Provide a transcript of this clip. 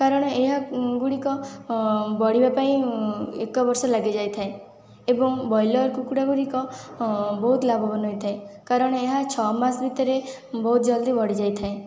କାରଣ ଏହାଗୁଡ଼ିକ ବଢ଼ିବା ପାଇଁ ଏକ ବର୍ଷ ଲାଗିଯାଇଥାଏ ଏବଂ ବ୍ରଏଲର୍ କୁକୁଡ଼ଗୁଡ଼ିକ ବହୁତ ଲାଭବାନ ହୋଇଥାଏ କାରଣ ଏହା ଛଅ ମାସ ଭିତରେ ବହୁତ ଜଲଦି ବଢ଼ିଯାଇଥାଏ